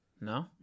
No